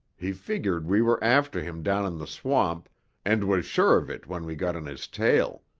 he figured we were after him down in the swamp and was sure of it when we got on his tail.